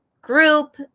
group